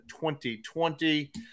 2020